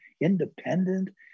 independent